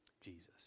Jesus